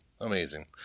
amazing